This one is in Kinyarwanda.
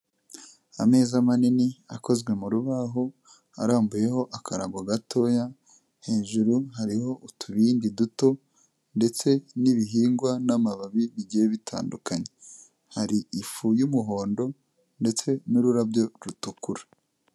Ameza manini akozwe mu rubaho, arambuyeho akarago gatoya, hejuru hariho utubindi duto ndetse n'ibihingwa n'amababi bigiye bitandukanye. Hari ifu y'umuhondo ndetse n'ururabyo rutukura.